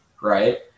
right